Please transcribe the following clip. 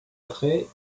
attrait